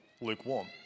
lukewarm